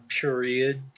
period